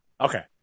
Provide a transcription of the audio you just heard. Okay